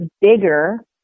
bigger